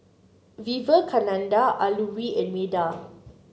Vivekananda Alluri and Medha